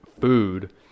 food